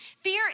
Fear